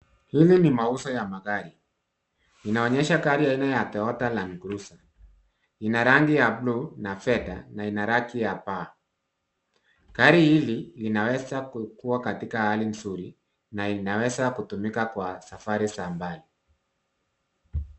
Hili ni mauzo ya magari, inaonyesha gari aina la Toyota Landcruiser ina rangi ya buluu na fedha na ina rangi ya paa. Gari hili linaweza kuwa katika hali mzuri na inaweza kutumika kwa safari za mbali.